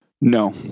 No